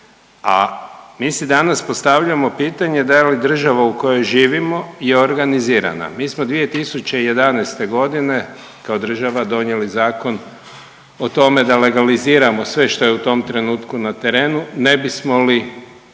a mi si danas postavljamo pitanje da je li država u kojoj živimo je organizirana. Mi smo 2011. godine kao država donijeli zakon o tome da legaliziramo sve što je u tom trenutku na terenu ne bismo li